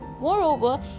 Moreover